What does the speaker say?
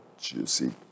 juicy